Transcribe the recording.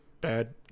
bad